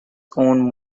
own